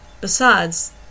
Besides